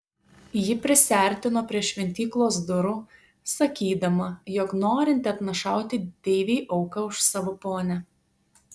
ji prisiartino prie šventyklos durų sakydama jog norinti atnašauti deivei auką už savo ponią